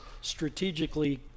strategically